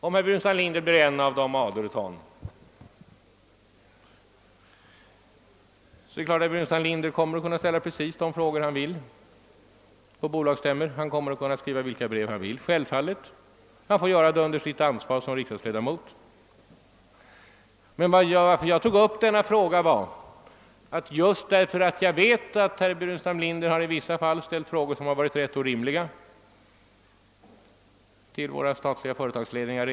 Om herr Burenstam Linder blir en av »de aderton«, kommer han naturligtvis att kunna ställa precis de frågor han vill på bolagsstämmor och skriva vilka brev han vill. Han får göra det under sitt ansvar som riksdagsledamot. Att jag tog upp denna fråga beror på att jag vet att herr Burenstam Linder redan har ställt rätt orimliga frågor till våra statliga företagsledningar.